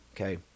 okay